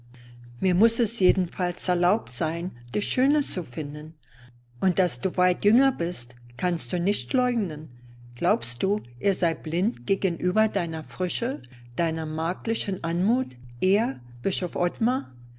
mir muß es jedenfalls erlaubt sein dich schöner zu finden und daß du weit jünger bist kannst du nicht leugnen glaubst du er sei blind gegenüber deiner frische deiner magdlichen anmut er bischof ottmar